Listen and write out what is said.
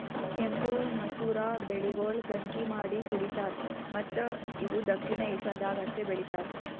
ಕೆಂಪು ಮಸೂರ ಬೆಳೆಗೊಳ್ ಗಂಜಿ ಮಾಡಿ ಕುಡಿತಾರ್ ಮತ್ತ ಇವು ದಕ್ಷಿಣ ಏಷ್ಯಾದಾಗ್ ಅಷ್ಟೆ ಬೆಳಿತಾರ್